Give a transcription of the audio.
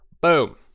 boom